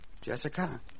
Jessica